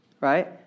right